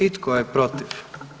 I tko je protiv?